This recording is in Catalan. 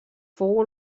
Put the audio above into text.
fou